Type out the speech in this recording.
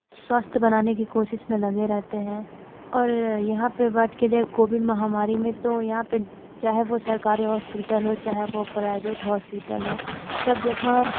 स्वस्थ बनाने की कोशिश में लगे रहते हैं और यहाँ पर बैठ के दे कोविड महामारी में तो यहाँ पर चाहे वो सरकारी हॉस्पिटल हो चाहे वो प्राइवेट हॉस्पिटल हो सब जगह